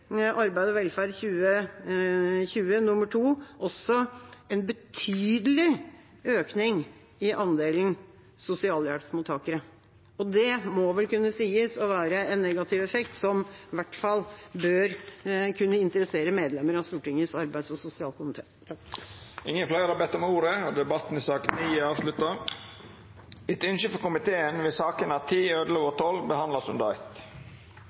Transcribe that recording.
også en betydelig økning i andelen sosialhjelpsmottakere, og det må vel kunne sies å være en negativ effektiv som i hvert fall bør kunne interessere medlemmer av Stortingets arbeids- og sosialkomite. Fleire har ikkje bedt om ordet til sak nr. 9. Etter ønske frå arbeids- og sosialkomiteen vil sakene nr. 10, 11 og 12 verta behandla under eitt. Etter